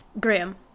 Graham